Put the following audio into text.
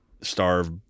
starve